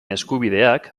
eskubideak